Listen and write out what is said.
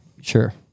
Sure